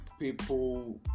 people